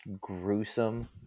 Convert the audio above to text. gruesome